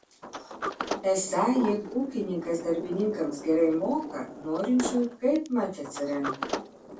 esą jeigu ūkininkas darbininkams gerai moka norinčiųjų kaipmat atsiranda